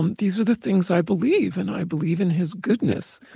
and these are the things i believe, and i believe in his goodness.